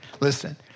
Listen